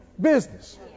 business